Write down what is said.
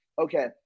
okay